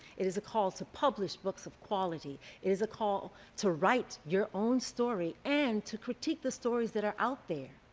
it is a call to publish publish books of quality. it is a call to write your own story and to critique the stories that are out there.